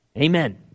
Amen